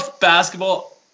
basketball